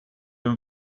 been